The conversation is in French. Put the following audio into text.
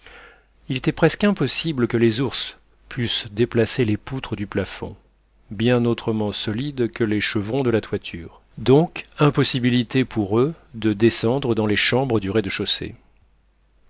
il était presque impossible que les ours pussent déplacer les poutres du plafond bien autrement solides que les chevrons de la toiture donc impossibilité pour eux de descendre dans les chambres du rez-de-chaussée